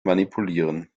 manipulieren